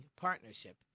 partnership